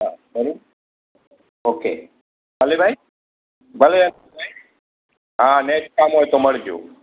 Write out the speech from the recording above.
હા બરો ઓકે ભલે ભાઈ ભલે ભાઈ હા નેક્સ્ટ કામ હોય તો મળજો